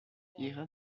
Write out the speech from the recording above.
irá